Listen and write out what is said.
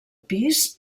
pis